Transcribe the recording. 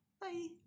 Bye